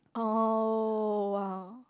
oh !wow!